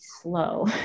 slow